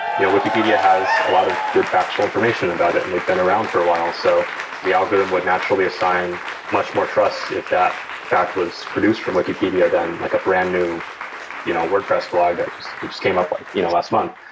yeah wikipedia has a lot of good factual information about it and they've been around for a while. so the algorithm would naturally assign much more trust if that fact was produced from wikipedia than like a brand new you know wordpress blog that just that just came up like you know last month.